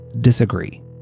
disagree